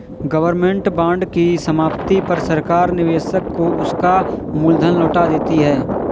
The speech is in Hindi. गवर्नमेंट बांड की समाप्ति पर सरकार निवेशक को उसका मूल धन लौटा देती है